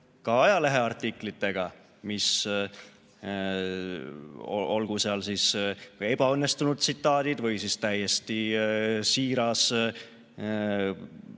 ka ajaleheartiklitega, olgu seal siis ebaõnnestunud tsitaadid või siis täiesti siiras